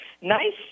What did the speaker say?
Nice